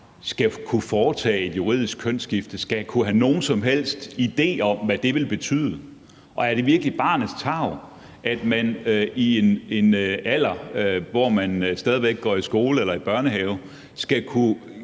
skal kunne få foretaget et juridisk kønsskifte og have nogen som helst idé om, hvad det vil betyde? Og er det virkelig barnets tarv, at man i en alder, hvor man stadig væk går i skole eller i børnehave, skal kunne